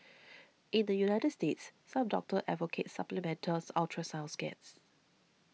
in the United States some doctors advocate supplemental ultrasound scans